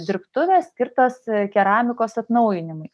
dirbtuvės skirtos keramikos atnaujinimui